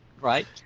right